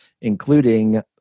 including